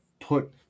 put